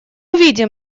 увидим